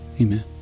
Amen